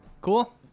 Cool